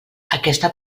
aquesta